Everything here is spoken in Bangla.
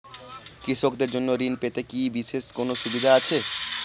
কৃষকদের জন্য ঋণ পেতে কি বিশেষ কোনো সুবিধা আছে?